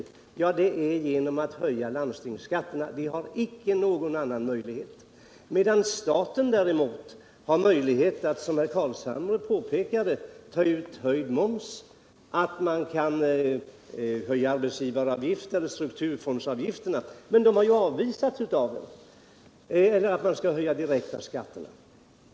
De har icke några andra möjligheter än att höja landstingsskatterna. Staten däremot har möjlighet att, som herr Carlshamre påpekade, ta ut höjd moms, höja arbetsgivaravgifterna eller strukturfondsavgifterna eller de direkta skatterna — men dessa utvägar har avvisats av er.